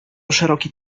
szeroki